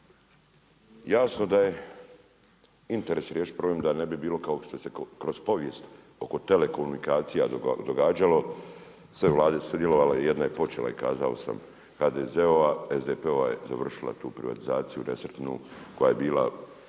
jasno da je interes riješiti problem da ne bilo kao što se kroz povijest oko telekomunikacija događalo. Sve vlade su sudjelovale, jedna je počela i kazao sam HDZ-ova, SDP-ova je završila tu privatizaciju nesretnu koja je bila